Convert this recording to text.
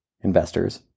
investors